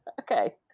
Okay